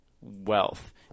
wealth